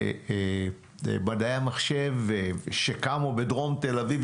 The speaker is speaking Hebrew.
למדעי המחשב שקמו בדרום תל אביב,